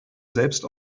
selbst